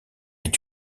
est